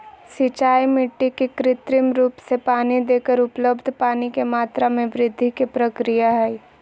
सिंचाई मिट्टी के कृत्रिम रूप से पानी देकर उपलब्ध पानी के मात्रा में वृद्धि के प्रक्रिया हई